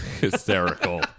hysterical